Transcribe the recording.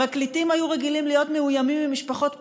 פרקליטים היו רגילים להיות מאוימים ממשפחות פשע,